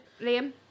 Liam